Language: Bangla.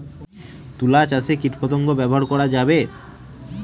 তুলা চাষে কীটপতঙ্গ ব্যবহার করা যাবে?